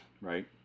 right